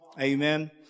Amen